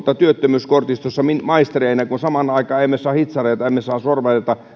työttömyyskortistossa maistereina kun samaan aikaan emme saa hitsareita emme saa sorvareita